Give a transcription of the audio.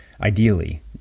ideally